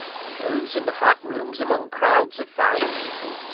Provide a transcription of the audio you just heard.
and goes into hot rooms among crowds of fine people,